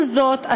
עם זאת,